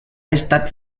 estat